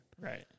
Right